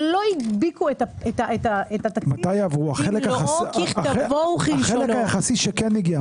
שלא הדביקו- -- החלק שכן הגיע,